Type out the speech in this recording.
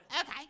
Okay